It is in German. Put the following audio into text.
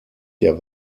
der